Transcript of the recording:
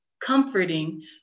comforting